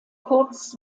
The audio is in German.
kurz